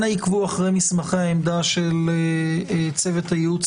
אנא עקבו אחרי מסמכי העמדה של צוות הייעוץ